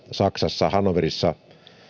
saksan hannoverissa